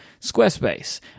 Squarespace